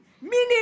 meaning